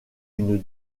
une